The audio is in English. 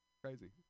Crazy